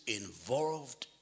involved